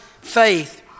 faith